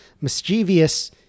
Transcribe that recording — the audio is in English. mischievous